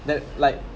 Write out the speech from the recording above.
that like